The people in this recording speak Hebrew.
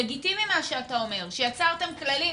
לגיטימי מה שאתה אומר, שיצרתם כללים.